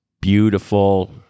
beautiful